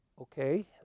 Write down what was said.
Okay